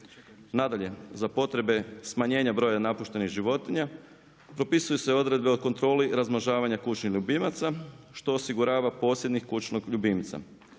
Nadalje, za potrebe smanjenja broja napuštenih životinja, propisuju se odredbe o kontroli, razmnožavanja kućnih ljubimaca, što osigurava posjedi kućnog ljubimca,